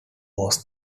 was